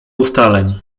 ustaleń